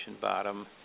bottom